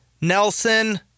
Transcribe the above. Nelson